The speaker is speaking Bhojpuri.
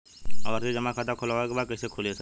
आवर्ती जमा खाता खोलवावे के बा कईसे खुली ए साहब?